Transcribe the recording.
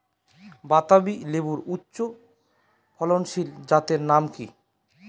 বাতাবি লেবুর উচ্চ ফলনশীল জাতের নাম কি?